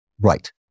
Right